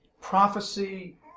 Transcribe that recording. prophecy